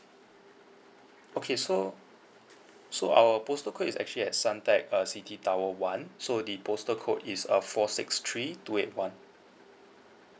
okay so so our postal code is actually at suntec uh city tower one so the postal code is uh four six three two eight one